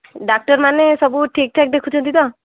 ଡାକ୍ତରମାନେ ସବୁ ଠିକଠାକ୍ ଦେଖୁଛନ୍ତି ତ